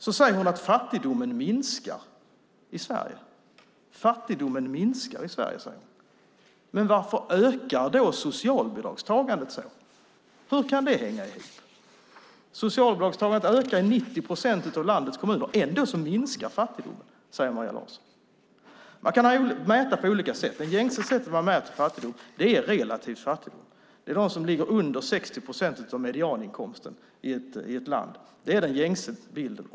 Hon säger att fattigdomen minskar i Sverige. Men varför ökar då socialbidragstagandet? Hur kan det hänga ihop? Socialbidragstagandet ökar i 90 procent av landets kommuner. Ändå minskar fattigdomen, säger Maria Larsson. Man kan mäta på olika sätt. Det gängse sättet är att man mäter relativ fattigdom. Det är de som ligger under 60 procent av medianinkomsten i ett land. Det är den gängse bilden.